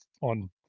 on